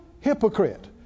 hypocrite